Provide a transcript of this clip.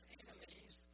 enemies